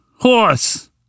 Horse